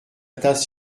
tasse